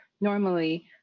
normally